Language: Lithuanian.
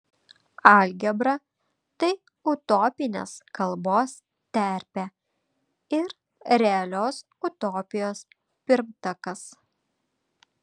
algebra tai utopinės kalbos terpė ir realios utopijos pirmtakas